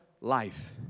life